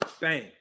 bang